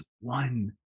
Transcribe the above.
one